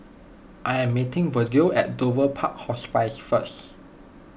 I am meeting Virgle at Dover Park Hospice first